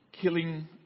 killing